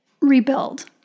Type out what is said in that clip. rebuild